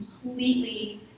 completely